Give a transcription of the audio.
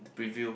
preview